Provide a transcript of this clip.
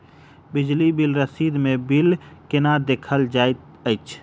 बिजली बिल रसीद मे बिल केना देखल जाइत अछि?